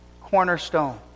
cornerstone